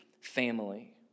family